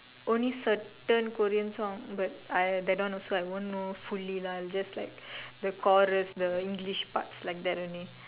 only certain Korean song but I that one also I won't know fully also lah I'll just like the chorus the English parts like that only